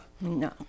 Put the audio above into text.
no